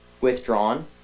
withdrawn